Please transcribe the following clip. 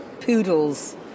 poodles